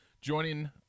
Joining